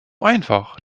einfach